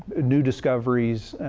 new discoveries,